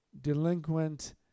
delinquent